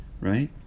right